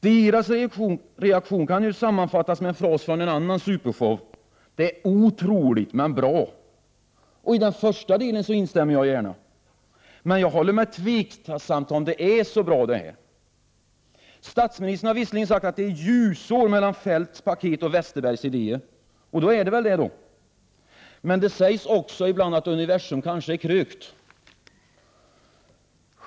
Deras reaktioner kan bäst sammanfattas med en fras från en annan supershow: Det är otroligt, men bra. I den första delen instämmer jag gärna, men jag förhåller mig tveksam till om det är så bra. Statsministern har visserligen sagt att det är ljusår mellan Feldts paket och Westerbergs idéer, och då är det väl det, men det sägs också ibland att universum kanske är krökt.